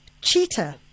Cheetah